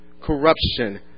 corruption